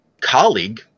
colleague